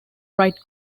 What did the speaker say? wright